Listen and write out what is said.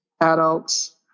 adults